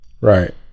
right